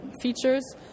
features